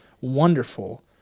wonderful